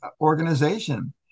organization